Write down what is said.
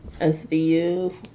SVU